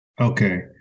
Okay